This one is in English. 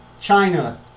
China